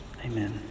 Amen